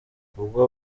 ubwo